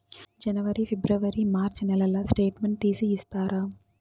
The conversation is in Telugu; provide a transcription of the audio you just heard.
జనవరి, ఫిబ్రవరి, మార్చ్ నెలల స్టేట్మెంట్ తీసి ఇస్తారా?